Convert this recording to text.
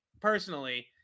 personally